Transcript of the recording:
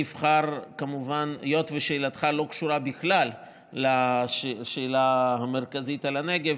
והיות ששאלתך לא קשורה בכלל לשאלה המרכזית על הנגב,